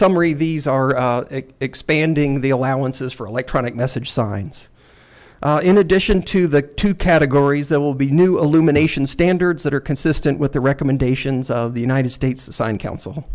summary these are expanding the allowances for electronic message signs in addition to the two categories there will be new illumination standards that are consistent with the recommendations of the united states sign coun